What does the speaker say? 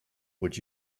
would